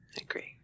agree